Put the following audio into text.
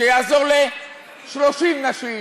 שיעזור ל-30 נשים,